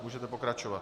Můžete pokračovat.